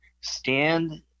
stand